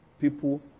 people